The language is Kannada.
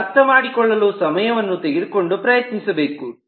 ನೀವು ಅರ್ಥ ಮಾಡಿಕೊಳ್ಳಲು ಸಮಯವನ್ನು ತೆಗೆದುಕೊಂಡು ಪ್ರಯತ್ನಿಸಬೇಕು